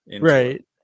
right